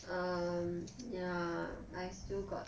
um ya I still got